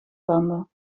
tanden